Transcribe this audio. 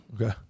Okay